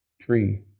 tree